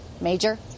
Major